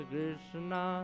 Krishna